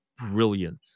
brilliant